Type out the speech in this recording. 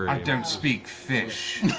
like don't speak fish.